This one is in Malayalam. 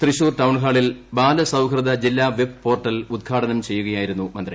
തൃശൂർ ടൌൺഹാളിൽ ബാലസൌഹൃദ ജില്ല വെബ്പോർട്ടൽ ഉദ്ഘാടനം ചെയ്യുകയായിരുന്നു മന്ത്രി